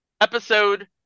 Episode